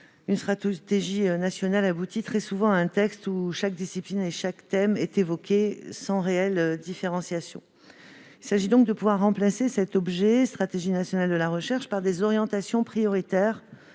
une stratégie nationale aboutit très souvent à un texte dans lequel chaque discipline et chaque thème est évoqué sans réelle différenciation. Il s'agit donc de remplacer l'objet que constitue la « stratégie nationale de la recherche » par des orientations prioritaires